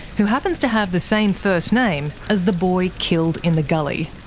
who happens to have the same first name as the boy killed in the gully.